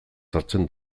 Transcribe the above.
sartzen